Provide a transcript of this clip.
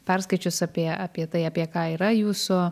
perskaičius apie apie tai apie ką yra jūsų